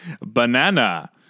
banana